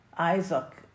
Isaac